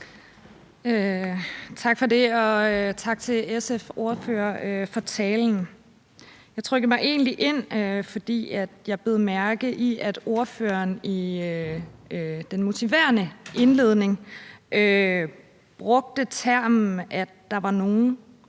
Tak for det, og tak til SF's ordfører for talen. Jeg trykkede mig egentlig ind, fordi jeg bed mærke i, at ordføreren i den motiverende indledning brugte termen, at der var nogen,